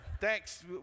Thanks